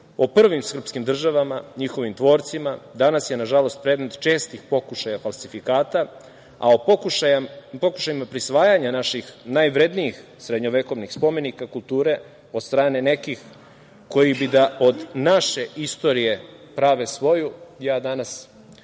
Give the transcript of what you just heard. o prvim srpskim državama, njihovim tvorcima, danas je, nažalost, predmet čestih pokušaja falsifikata, a o pokušajima prisvajanja naših najvrednijih srednjovekovnih spomenika kulture od strane nekih koji bi da od naše istorije prave svoju, ja danas